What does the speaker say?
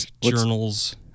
journals